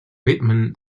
whitman